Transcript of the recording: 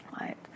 right